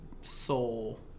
soul